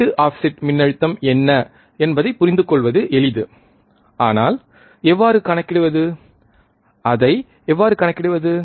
உள்ளீட்டு ஆஃப்செட் மின்னழுத்தம் என்ன என்பதைப் புரிந்துகொள்வது எளிது ஆனால் எவ்வாறு கணக்கிடுவது அது அதை எவ்வாறு கணக்கிடுவது